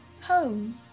home